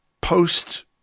post